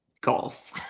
golf